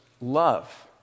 love